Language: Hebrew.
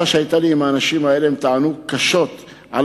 בשיחה עמי הם העלו טענות קשות מאוד על